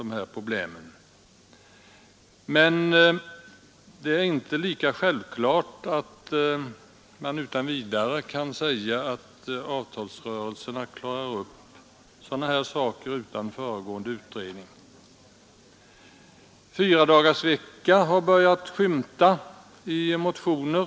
Det är emellertid inte självklart att sådana frågor kan tas upp i avtalsrörelserna utan föregående utredning. Frågan om införande av fyradagarsvecka har börjat skymta i motioner.